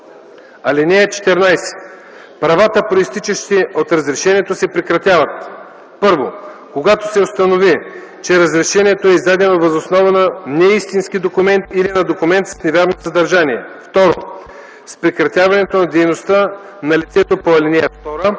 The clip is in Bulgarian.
(14) Правата, произтичащи от разрешението, се прекратяват: 1. когато се установи, че разрешението е издадено въз основа на неистински документ или на документ с невярно съдържание; 2. с прекратяването на дейността на лицето по ал. 2;